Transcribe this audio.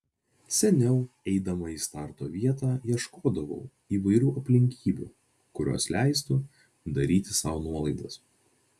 seniau eidama į starto vietą ieškodavau įvairių aplinkybių kurios leistų daryti sau nuolaidas